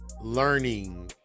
learning